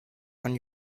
von